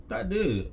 tak ada